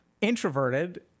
introverted